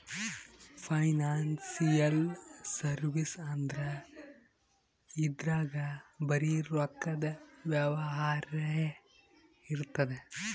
financial service ಅಂದ್ರ ಇದ್ರಾಗ್ ಬರೀ ರೊಕ್ಕದ್ ವ್ಯವಹಾರೇ ಇರ್ತದ್